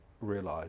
realise